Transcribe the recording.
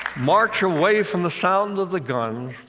march away from the sound of the guns.